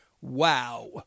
Wow